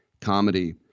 comedy